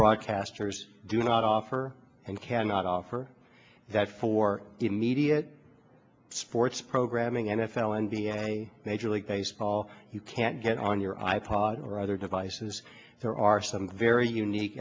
broadcasters do not offer and cannot offer that for immediate sports programming n f l n b a major league baseball you can't get on your i pod or other devices there are some very unique